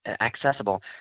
accessible